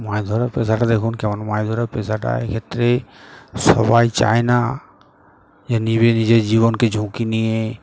মাছ ধরার পেশাটা দেখুন কেমন মাছ ধরার পেশাটা এ ক্ষেত্রে সবাই চায় না যে নিজে নিজের জীবনকে ঝুঁকি নিয়ে